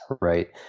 right